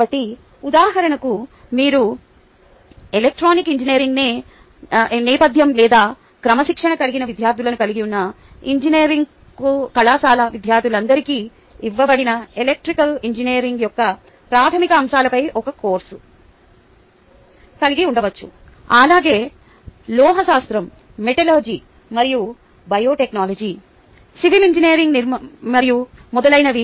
కాబట్టి ఉదాహరణకు మీరు ఎలక్ట్రికల్ ఇంజనీరింగ్ నేపథ్యం లేదా క్రమశిక్షణ కలిగిన విద్యార్థులను కలిగి ఉన్న ఇంజనీరింగ్ కళాశాల విద్యార్థులందరికీ ఇవ్వబడిన ఎలక్ట్రికల్ ఇంజనీరింగ్ యొక్క ప్రాథమిక అంశాలపై ఒక కోర్సును కలిగి ఉండవచ్చు అలాగే లోహశాస్త్రం మరియు బయోటెక్నాలజీ సివిల్ ఇంజనీరింగ్ మరియు మొదలైనవి